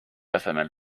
asemel